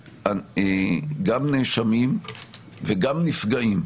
גם של נאשמים וגם של נפגעים,